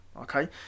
Okay